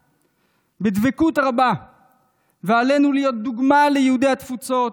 בדבקות רבה ועלינו להיות דוגמה ליהודי התפוצות,